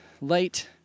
light